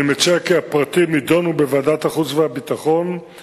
אני מציע כי הפרטים יידונו בוועדת החוץ והביטחון,